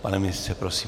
Pane ministře, prosím.